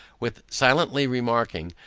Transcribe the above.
with silently remarking,